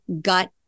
gut